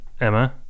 emma